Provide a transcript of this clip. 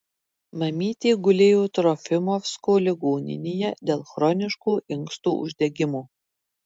mamytė gulėjo trofimovsko ligoninėje dėl chroniško inkstų uždegimo